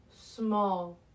small